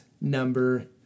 number